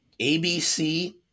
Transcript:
ABC